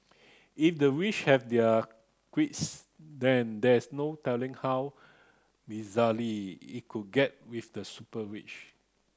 if the rich have their quirks then there's no telling how it could get with the super rich